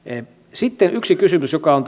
sitten yksi kysymys joka on